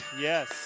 Yes